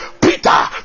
Peter